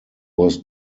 was